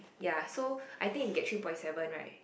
ya so I think you get three point seven right